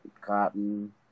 cotton